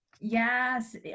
Yes